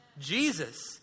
Jesus